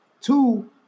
Two